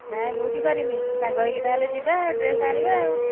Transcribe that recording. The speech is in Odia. ନାଇଁ ମୁଁ ବି କରିନି ସାଙ୍ଗ ହୋଇକି ତା'ହେଲେ ଯିବା ଡ୍ରେସ୍ ଆଣିବା ଆଉ